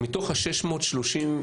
מתוך 631,